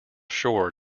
shore